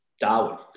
Darwin